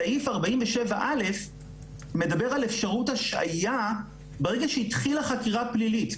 סעיף 47.א מדבר על אפשרות השעיה ברגע שהתחילה חקירה פלילית.